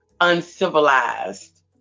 uncivilized